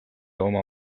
oma